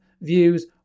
views